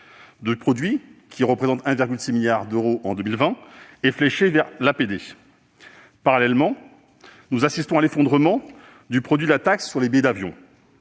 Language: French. son produit, qui est de 1,6 milliard d'euros en 2020, est fléché vers l'APD. Parallèlement, nous assistons à l'effondrement du produit de la taxe sur les billets d'avion.